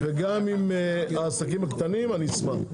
-- וגם עם העסקים הקטנים, אני אשמח.